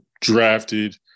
drafted